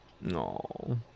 No